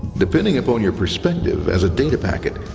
depending upon your perspective as a data packet,